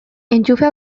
entxufea